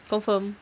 confirm